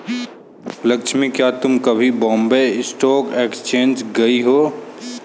लक्ष्मी, क्या तुम कभी बॉम्बे स्टॉक एक्सचेंज गई हो?